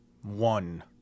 One